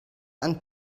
and